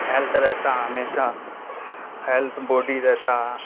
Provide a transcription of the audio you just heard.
health رہتا ہے ہمیشہ ہیلتھ باڈی رہتا ہے